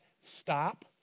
stop